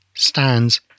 stands